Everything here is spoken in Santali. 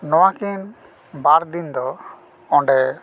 ᱱᱚᱣᱟ ᱠᱤᱱ ᱵᱟᱨᱫᱤᱱ ᱫᱚ ᱚᱸᱰᱮ